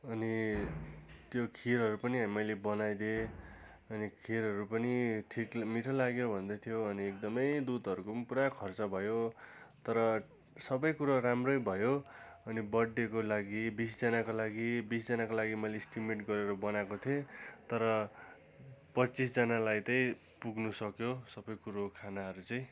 अनि त्यो खिरहरू पनि मैले बनाइदिएँ अनि खिरहरू पनि ठिक मिठो लाग्यो भन्दैथ्यो अनि एकदमै दुधहरूको पनि पुरा खर्चा भयो तर सबै कुरो राम्रै भयो अनि बर्थडेको लागि बिसजनाको लागि बिसजनाको लागि मैले एस्टिमेट गरेर बनाएको थिएँ तर पच्चिसजनालाई चाहिँ पुग्नुसक्यो सबै कुरो खानाहरू चाहिँ